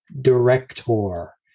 director